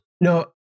No